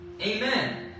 Amen